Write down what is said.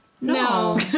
No